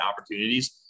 opportunities